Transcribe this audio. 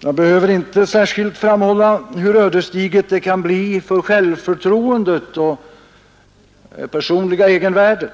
Jag behöver inte särskilt framhålla hur ödesdigert det kan bli för självförtroendet och det personliga egenvärdet.